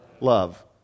Love